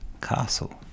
castle